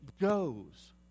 goes